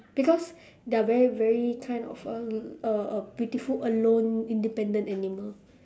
because they're very very kind of a a a beautiful alone independent animal